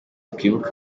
twibuke